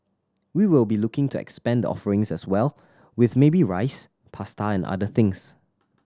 we will be looking to expand the offerings as well with maybe rice pasta and other things